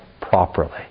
properly